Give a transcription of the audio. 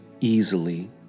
easily